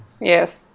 Yes